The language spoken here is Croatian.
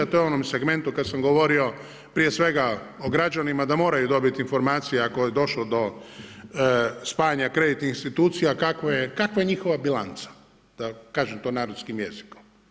To je u onom segmentu kada sam govorio prije svega o građanima da moraju dobiti informacije ako je došlo do spajanja kreditnih institucija kakva je njihova bilanca, da kažem to narodskim jezikom.